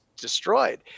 destroyed